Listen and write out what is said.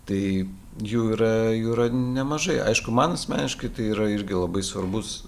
tai jų yra jų yra nemažai aišku man asmeniškai tai yra irgi labai svarbus